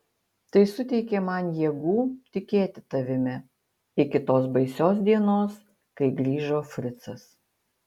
tai suteikė man jėgų tikėti tavimi iki tos baisios dienos kai grįžo fricas